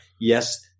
Yes